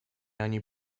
ani